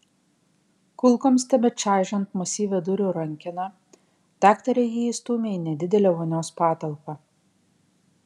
kulkoms tebečaižant masyvią durų rankeną daktarė jį įstūmė į nedidelę vonios patalpą